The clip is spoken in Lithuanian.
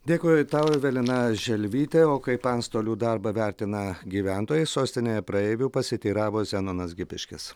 dėkoju tau evelina želvytė o kaip antstolių darbą vertina gyventojai sostinėje praeivių pasiteiravo zenonas gipiškis